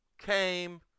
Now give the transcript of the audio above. came